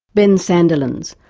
ben sandilands,